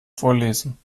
vorlesen